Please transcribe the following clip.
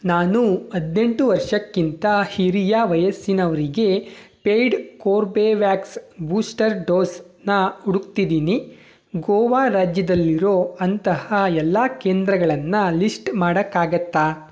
ನಾನು ಹದಿನೆಂಟು ವರ್ಷಕ್ಕಿಂತ ಹಿರಿಯ ವಯಸ್ಸಿನವರಿಗೆ ಪೇಯ್ಡ್ ಕೋರ್ಬೆವ್ಯಾಕ್ಸ್ ಬೂಸ್ಟರ್ ಡೋಸನ್ನ ಹುಡುಕ್ತಿದ್ದೀನಿ ಗೋವಾ ರಾಜ್ಯದಲ್ಲಿರೋ ಅಂತಹ ಎಲ್ಲ ಕೇಂದ್ರಗಳನ್ನು ಲಿಶ್ಟ್ ಮಾಡೋಕ್ಕಾಗತ್ತಾ